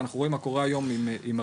ואנחנו רואים מה קורה היום עם המשכנתאות.